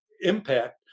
impact